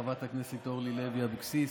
חברת הכנסת אורלי לוי אבקסיס,